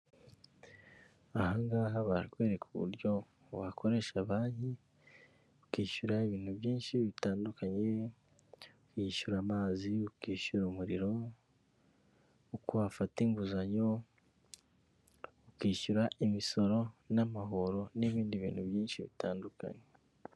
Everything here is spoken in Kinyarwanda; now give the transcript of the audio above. Ahangaha barakwereka uburyo wakoresha banki, ukishyura ibintu byinshi bitandukanye, ukishyura amazi, ukishyura umuriro, uko wafata inguzanyo ukishyura imisoro n'amahoro n'ibindi bintu byinshi bitandukanye.